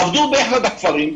עבדו באחד הכפרים,